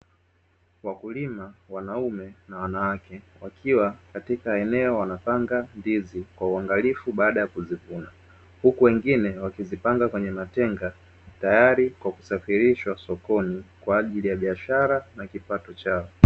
Wakulima, wanaume na wanawake, wakiwa katika eneo wanapanga ndizi kwa uangalifu baada ya kuzifunga, huku wengine wakizipanga kwenye matenga tayari kwa kusafilishwa sokoni kwa ajili ya biashara na kipato chao.